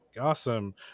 Awesome